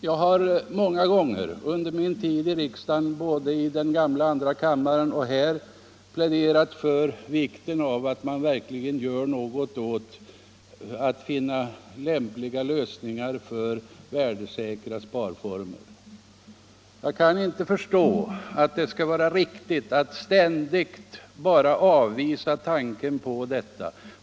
Under min tid i riksdagen har jag många gånger både i den gamla andra kammaren och här pläderat för vikten av att göra någonting för att åstadkomma sådana värdesäkra sparformer. Det kan inte vara riktigt att ständigt avvisa tanken härpå.